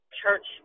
church